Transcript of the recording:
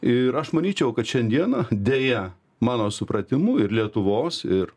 ir aš manyčiau kad šiandieną deja mano supratimu ir lietuvos ir